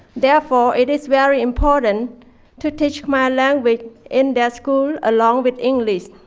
therefore, it is very important to teach my language in their school along with english.